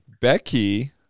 Becky